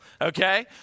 okay